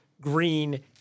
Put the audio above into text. green